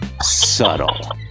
subtle